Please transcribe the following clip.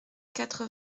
quatre